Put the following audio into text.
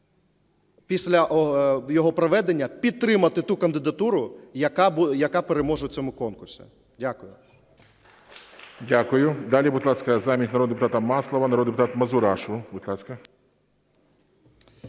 після його проведення підтримати ту кандидатуру, яка переможе в цьому конкурсі. Дякую. ГОЛОВУЮЧИЙ. Дякую. Далі, будь ласка, замість народного депутата Маслова народний депутат Мазурашу.